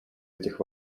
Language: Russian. этих